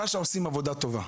רש"א עושים עבודה טובה.